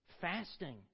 fasting